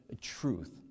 truth